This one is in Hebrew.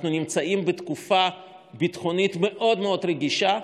אנחנו נמצאים בתקופה ביטחונית רגישה מאוד.